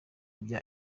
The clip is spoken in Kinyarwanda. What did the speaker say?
bya